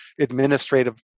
administrative